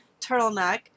Turtleneck